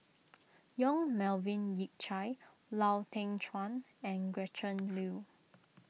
Yong Melvin Yik Chye Lau Teng Chuan and Gretchen Liu